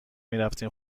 میرفتیم